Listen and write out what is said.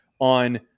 on